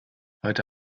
heute